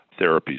therapies